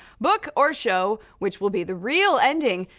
book or show, which will be the real ending?